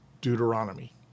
Deuteronomy